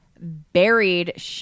buried